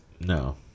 No